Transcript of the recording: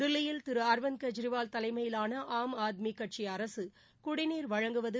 தில்லியில் திரு அர்விந்த் கெஜ்ரிவால் தலைமையிலான ஆம் ஆத்மி கட்சி அரசு குடிநீர் வழங்குவது